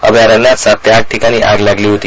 अभयारण्यात सात ते आठ ठिकाणी आग लागली होती